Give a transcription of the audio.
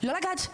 לא לגעת,